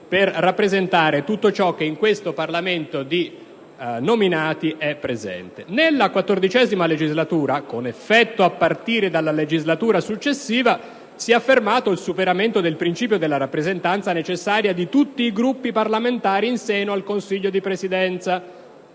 per rappresentare tutto ciò che in questo Parlamento di nominati è presente. «Nella XIV legislatura, con effetto a partire dalla legislatura successiva, si è affermato il superamento del principio della rappresentanza necessaria di tutti i Gruppi parlamentari in seno al Consiglio di Presidenza».